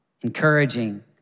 encouraging